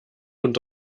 und